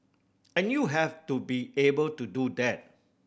and you have to be able to do that